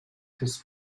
his